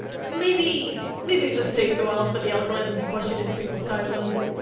maybe, maybe it just takes a while for the algorithm to push it into people's timelines